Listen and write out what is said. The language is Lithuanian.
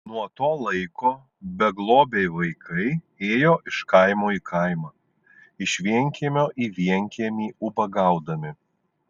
nuo to laiko beglobiai vaikai ėjo iš kaimo į kaimą iš vienkiemio į vienkiemį ubagaudami